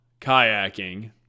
kayaking